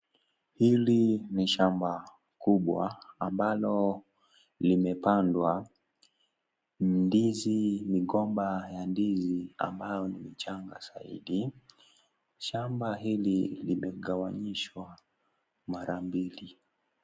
Hili ni shamba kubwa ambalo limepamdwa ndizi migomba ya ndizi ambao ni mchanga saidi shamab hili limegawanishwa mara mbili.